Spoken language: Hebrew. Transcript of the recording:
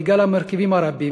בגלל המרכיבים הרבים: